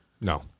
No